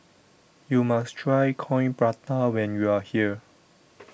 YOU must Try Coin Prata when YOU Are here